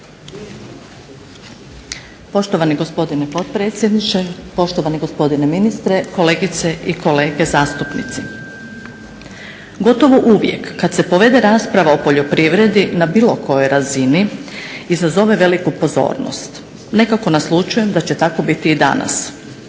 Poštovani gospodine potpredsjedniče, poštovani gospodine ministre, kolegice i kolege zastupnici. Gotovo uvijek kad se povede rasprava o poljoprivredi na bilo kojoj razini izazove veliku pozornost. Nekako naslućujem da će tako biti i danas.